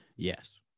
yes